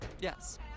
Yes